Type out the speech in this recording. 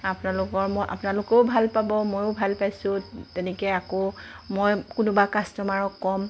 আপোনালোকৰ ম আপোনালোকেও ভাল পাব মইও ভাল পাইছোঁ তেনেকৈ আকৌ মই কোনোবা কাষ্টমাৰক ক'ম